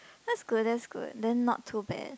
that's good that's good then not too bad